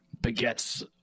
begets